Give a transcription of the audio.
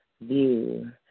view